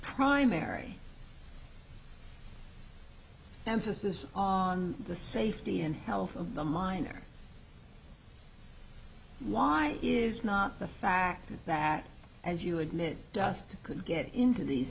primary emphasis on the safety and health of the minor why is not the fact that as you admit dust could get into these